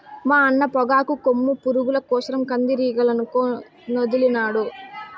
మా అన్న పొగాకు కొమ్ము పురుగుల కోసరం కందిరీగలనొదిలినాడు